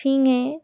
ফিঙে